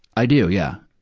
i do, yeah.